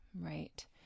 right